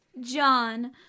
John